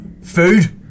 Food